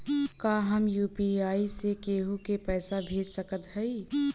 का हम यू.पी.आई से केहू के पैसा भेज सकत हई?